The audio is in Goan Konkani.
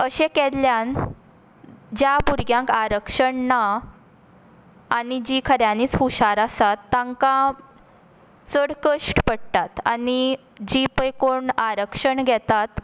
अशें केल्ल्यान ज्या भुरग्यांक आरक्षण ना आनी जीं खऱ्यानीच हुशार आसा तांकां चड कश्ट पडटा आनी जी पय कोण आरक्षण घेतात